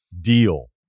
deal